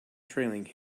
trailing